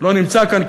לא נמצא כאן,